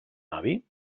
avi